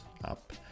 up